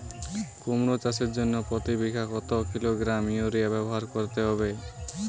কুমড়ো চাষের জন্য প্রতি বিঘা কত কিলোগ্রাম ইউরিয়া ব্যবহার করতে হবে?